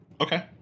okay